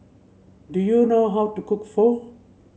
do you know how to cook Pho